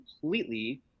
completely